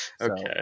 Okay